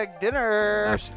dinner